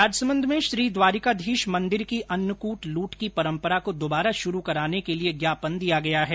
राजसमंद में श्री द्वारिकाधीश मंदिर की अन्नकूट लूट की परम्परा को दुबारा शुरू कराने के लिए ज्ञापन दिया गया है